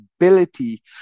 ability